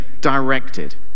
directed